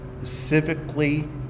civically